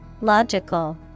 Logical